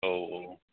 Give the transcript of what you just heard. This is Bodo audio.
औ औ